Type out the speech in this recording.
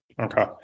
Okay